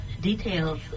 details